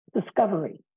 discovery